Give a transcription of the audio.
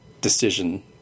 decision